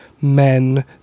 men